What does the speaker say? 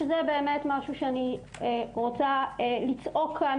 שזה באמת משהו שאני רוצה לצעוק כאן,